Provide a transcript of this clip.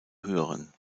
hören